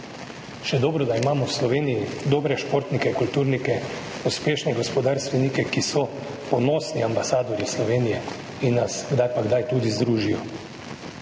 Še dobro, da imamo v Sloveniji dobre športnike, kulturnike, uspešne gospodarstvenike, ki so ponosni ambasadorji Slovenije in nas kdaj pa kdaj tudi združijo.